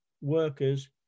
workers